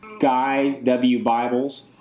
guyswbibles